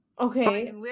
Okay